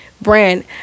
brand